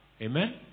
Amen